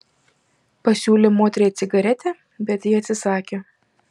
pasiūlė moteriai cigaretę bet ji atsisakė